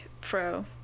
pro